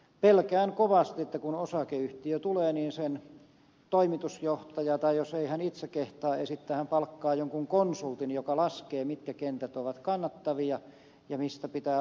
pelkään kovasti että kun osakeyhtiömuoto tulee niin sen toimitusjohtaja esittää tai jos ei hän itse kehtaa esittää niin hän palkkaa jonkun konsultin joka laskee mitkä kentät ovat kannattavia ja mistä pitää luopua